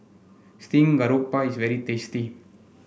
Steamed Garoupa is very tasty